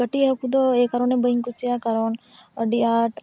ᱠᱟᱹᱴᱤᱡ ᱦᱟᱹᱠᱩ ᱫᱚ ᱮᱭ ᱠᱟᱨᱚᱱᱮ ᱵᱟᱹᱧ ᱠᱩᱥᱤᱭᱟᱠᱚᱣᱟ ᱠᱟᱨᱚᱱ ᱟᱹᱰᱤ ᱟᱸᱴ